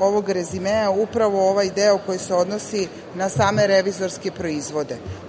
ovog rezimea mislim da je upravo ovaj deo koji se odnosi na same revizorske proizvode.